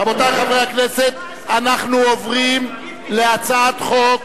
רבותי חברי הכנסת, אנחנו עוברים להצעת חוק